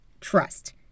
Trust